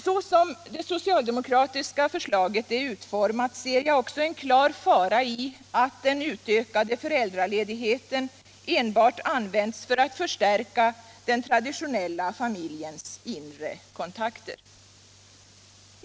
Såsom det socialdemokratiska förslaget är utformat ser jag också en klar fara i att den utökade föräldraledigheten enbart används för att förstärka den traditionella familjens inre kontakter.